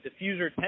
diffuser